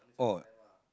oh